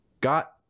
got